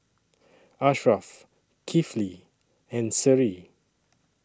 Ashraff Kifli and Seri